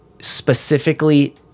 specifically